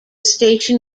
station